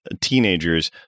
teenagers